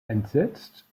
entsetzt